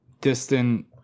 distant